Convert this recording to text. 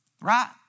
right